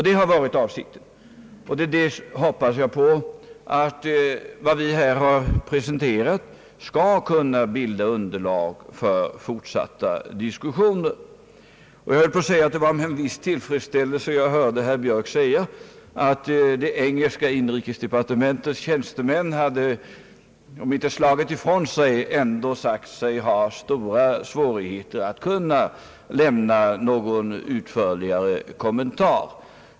Det har varit avsikten, och jag hoppas att vad vi här har presenterat skall kunna bilda underlag för fortsatta diskussioner. Jag får säga att det var med en viss tillfredsställelse jag hörde herr Björk säga att det engelska inrikesdepartementets tjänstemän hade om inte slagit ifrån sig så ändå sagt sig ha stora svårigheter att kunna lämna en utförligare kommentar.